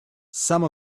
some